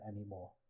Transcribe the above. anymore